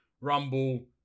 Rumble